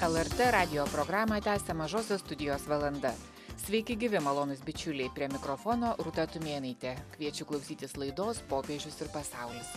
lrt radijo programą tęsia mažosios studijos valanda sveiki gyvi malonūs bičiuliai prie mikrofono rūta tumėnaitė kviečiu klausytis laidos popiežius ir pasaulis